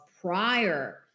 prior